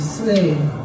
slave